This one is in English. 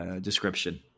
description